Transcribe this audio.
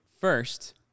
First